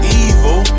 evil